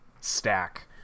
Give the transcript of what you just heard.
stack